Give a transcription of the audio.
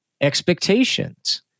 Expectations